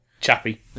Chappy